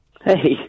Hey